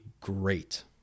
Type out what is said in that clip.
great